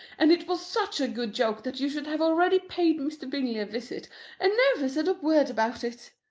and it was such a good joke that you should have already paid mr. bingley a visit and never said a word about it.